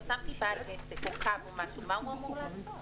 אם חסמתי בעל עסק או קו מה הוא אמור לעשות?